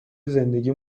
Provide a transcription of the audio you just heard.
زندگی